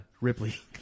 Ripley